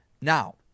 Now